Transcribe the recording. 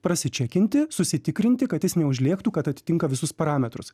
prasičekinti susitikrinti kad jis neužlėktų kad atitinka visus parametrus